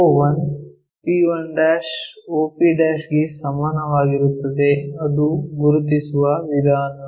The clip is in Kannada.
o1 p1' o p ಗೆ ಸಮಾನವಾಗಿರುತ್ತದೆ ಅದು ಗುರುತಿಸುವ ವಿಧಾನ